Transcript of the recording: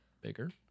bigger